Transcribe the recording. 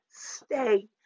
Stay